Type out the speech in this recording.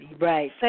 Right